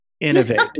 innovate